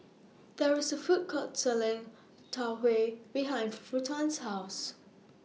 There IS A Food Court Selling Tau Huay behind Ruthann's House